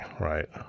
right